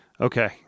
okay